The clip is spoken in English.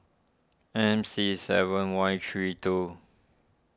M C seven Y three two